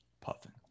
puffin